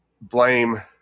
blame